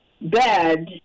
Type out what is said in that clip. Bad